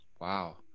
Wow